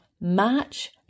March